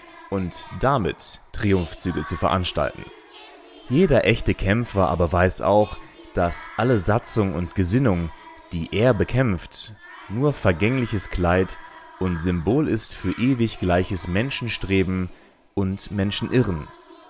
und damit triumphzüge zu veranstalten jeder echte kämpfer aber weiß auch daß alle satzung und gesinnung die er bekämpft nur vergängliches kleid und symbol ist für ewig gleiches menschenstreben und menschenirren